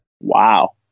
Wow